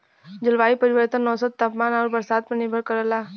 जलवायु परिवर्तन औसत तापमान आउर बरसात पर निर्भर करला